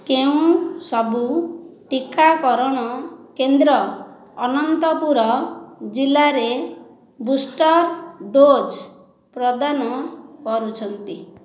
କେଉଁ ସବୁ ଟିକାକରଣ କେନ୍ଦ୍ର ଅନନ୍ତପୁର ଜିଲ୍ଲାରେ ବୁଷ୍ଟର ଡୋଜ୍ ପ୍ରଦାନ କରୁଛନ୍ତି